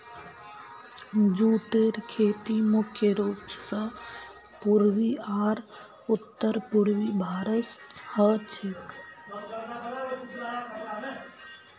जूटेर खेती मुख्य रूप स पूर्वी आर उत्तर पूर्वी भारतत ह छेक